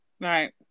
Right